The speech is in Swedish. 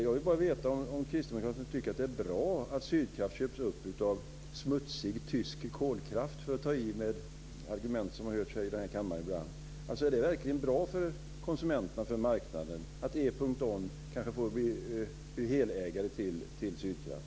Jag vill bara veta om kristdemokraterna tycker att det är bra att Sydkraft köps upp av smutsig tysk kolkraft, för att ta i med argument som har hörts i den här kammaren ibland. Är det verkligen bra för konsumenterna, för marknaden, att E.ON kanske får bli helägare till Sydkraft?